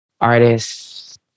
artists